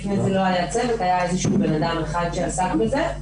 לפני כן לא היה צוות אלא היה בן אדם אחד שעסק בזה.